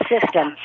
system